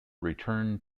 returned